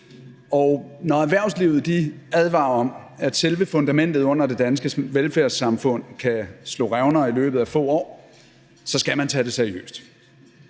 Og når erhvervslivet advarer om, at selve fundamentet under det danske velfærdssamfund kan slå revner i løbet af få år, så skal man tage det seriøst.